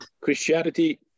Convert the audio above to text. Christianity